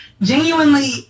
genuinely